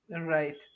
Right